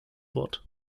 bord